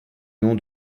nom